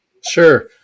sure